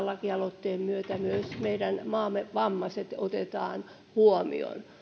lakialoitteen myötä myös meidän maamme vammaiset otetaan huomioon